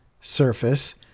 surface